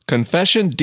Confession